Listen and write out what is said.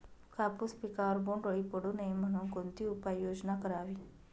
कापूस पिकावर बोंडअळी पडू नये म्हणून कोणती उपाययोजना करावी?